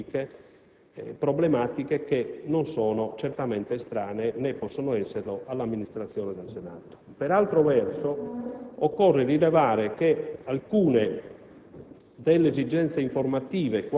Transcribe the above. al complesso delle amministrazioni pubbliche, che non sono certamente estranee - né possono esserlo - all'amministrazione del Senato. Per altro verso, occorre rilevare che alcune